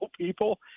people